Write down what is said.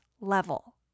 level